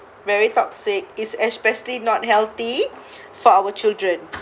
very toxic it's especially not healthy for our children